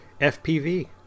FPV